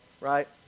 right